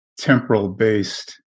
temporal-based